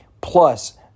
plus